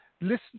listen